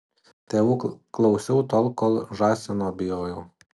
tėvų klausiau tol kol žąsino bijojau